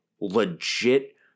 legit